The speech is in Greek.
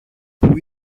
που